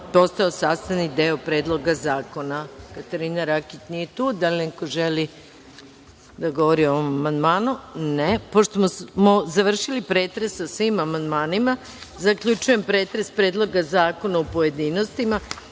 postao sastavni deo predloga zakona. Katarina Rakić nije tu. Da li neko želi da govori o ovom amandmanu? (Ne.)Pošto smo završili pretres o svim amandmanima, zaključujem pretres Predloga zakona u pojedinostima. Pošto